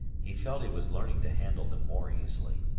he felt he was learning to handle them more easily.